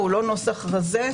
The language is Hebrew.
הוא לא נוסח רזה.